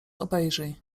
obejrzyj